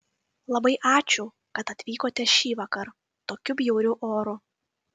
labai ačiū kad atvykote šįvakar tokiu bjauriu oru